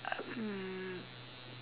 um